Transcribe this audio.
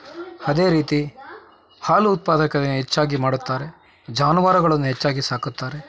ಅದೇ ರೀತಿ ಹಾಲು ಉತ್ಪಾದಕನೆ ಹೆಚ್ಚಾಗಿ ಮಾಡುತ್ತಾರೆ ಜಾನುವಾರುಗಳನ್ನು ಹೆಚ್ಚಾಗಿ ಸಾಕುತ್ತಾರೆ